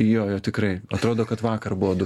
jo jo tikrai atrodo kad vakar buvo du